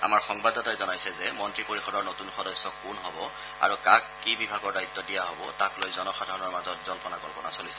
আমাৰ সংবাদদাতাই জনাইছে যে মন্ত্ৰী পৰিষদৰ নতুন সদস্য কোন হ'ব আৰু কাক কি বিভাগৰ দায়িত্ব দিয়া হ'ব তাক লৈ জনসাধাৰণৰ মাজত জল্পনা কল্পনা চলিছে